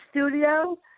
studio